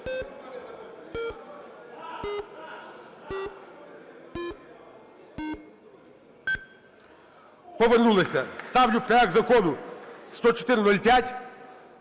Повернулися. Ставлю проект Закону 10405